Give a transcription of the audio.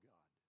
God